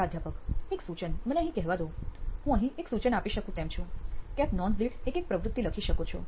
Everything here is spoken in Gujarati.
પ્રાધ્યાપક એક સૂચન મને અહીં કહેવા દો હું અહીં એક સૂચન આપી શકું તેમ છે કે આપ નોંધ દીઠ એક પ્રવૃત્તિ લખી શકો છો